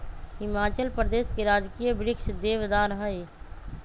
हिमाचल प्रदेश के राजकीय वृक्ष देवदार हई